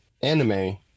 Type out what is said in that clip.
anime